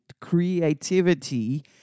creativity